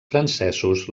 francesos